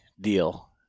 deal